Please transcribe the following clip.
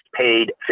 paid